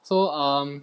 so um